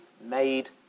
made